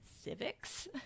civics